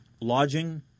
lodging